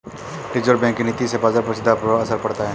reserve bank के नीति से बाजार पर सीधा असर पड़ता है